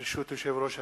ברשות יושב-ראש הכנסת,